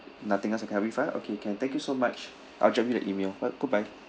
nothing else to clarify okay can thank you so much I'll drop you the email bye goodbye